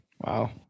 Wow